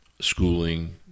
schooling